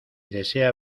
desea